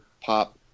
Pop